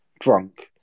drunk